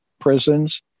prisons